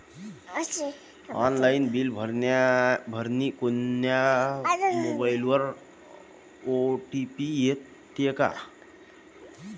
Online bill भरतानी मोबाईलवर OTP येते का?